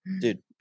Dude